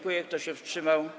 Kto się wstrzymał?